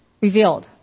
revealed